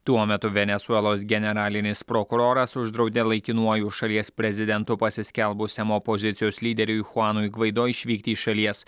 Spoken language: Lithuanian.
tuo metu venesuelos generalinis prokuroras uždraudė laikinuoju šalies prezidentu pasiskelbusiam opozicijos lyderiui chuanui gvaido išvykti iš šalies